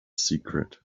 secret